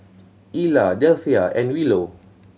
Ilah Delphia and Willow